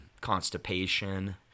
constipation